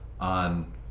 on